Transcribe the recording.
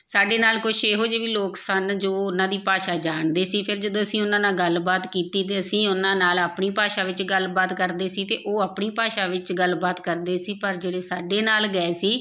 ਸਾਡੇ ਨਾਲ ਕੁਛ ਇਹੋ ਜਿਹੇ ਵੀ ਲੋਕ ਸਨ ਜੋ ਉਹਨਾਂ ਦੀ ਭਾਸ਼ਾ ਜਾਣਦੇ ਸੀ ਫਿਰ ਜਦੋਂ ਅਸੀਂ ਉਹਨਾਂ ਨਾਲ ਗੱਲਬਾਤ ਕੀਤੀ ਅਤੇ ਅਸੀਂ ਉਹਨਾਂ ਨਾਲ ਆਪਣੀ ਭਾਸ਼ਾ ਵਿੱਚ ਗੱਲਬਾਤ ਕਰਦੇ ਸੀ ਤਾਂ ਉਹ ਆਪਣੀ ਭਾਸ਼ਾ ਵਿੱਚ ਗੱਲਬਾਤ ਕਰਦੇ ਸੀ ਪਰ ਜਿਹੜੇ ਸਾਡੇ ਨਾਲ ਗਏ ਸੀ